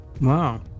Wow